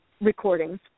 recordings